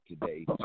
today